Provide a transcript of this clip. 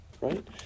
right